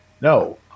No